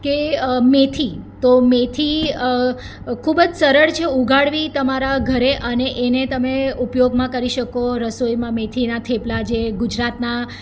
કે મેથી તો મેથી ખૂબ જ સરળ છે ઉગાડવી તમારા ઘરે અને એને તમે ઉપયોગમાં કરી શકો રસોઈમાં મેથીના થેપલા જે ગુજરાતના